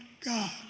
God